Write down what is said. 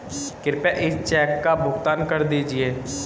कृपया इस चेक का भुगतान कर दीजिए